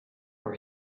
for